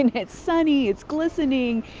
and it's sunny. it's glistening.